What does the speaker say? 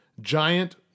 Giant